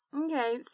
Okay